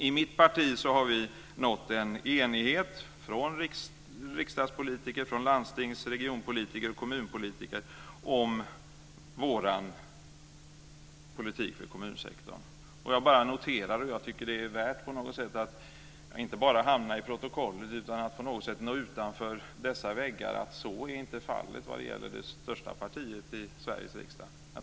I mitt parti har vi, såväl riksdagspolitiker som landstings-, region och kommunpolitiker, nått en enighet om vår politik för kommunsektorn. Jag tycker att det är värt att det inte bara hamnar i protokollet utan att det också når utanför dessa väggar att så inte är fallet vad gäller det största partiet i Sveriges riksdag.